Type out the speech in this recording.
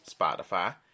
spotify